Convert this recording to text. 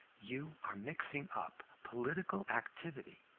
you are mixing up political activity,